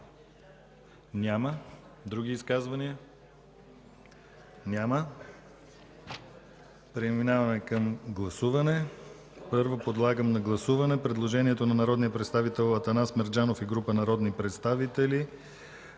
Няма. Други изказвания? Няма. Преминаваме към гласуване. Първо подлагам на гласуване предложението на народния представител Атанас Мерджанов и група народни представители